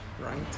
right